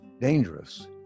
Dangerous